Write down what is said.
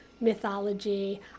mythology